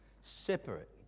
Separate